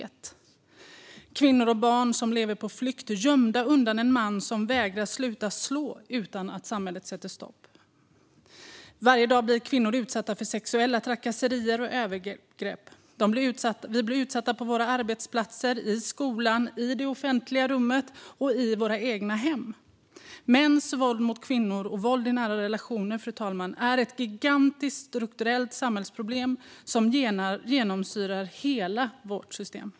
Det finns kvinnor och barn som lever på flykt gömda undan en man som vägrar sluta slå, utan att samhället sätter stopp. Varje dag blir kvinnor utsatta för sexuella trakasserier och övergrepp. Vi blir utsatta på våra arbetsplatser, i skolan, i det offentliga rummet och i våra egna hem. Mäns våld mot kvinnor och våld i nära relationer, fru talman, är ett gigantiskt strukturellt samhällsproblem som genomsyrar hela vårt system.